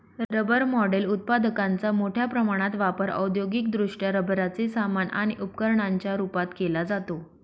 rubber moulded उत्पादकांचा मोठ्या प्रमाणात वापर औद्योगिकदृष्ट्या रबराचे सामान आणि उपकरणांच्या रूपात केला जातो